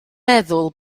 meddwl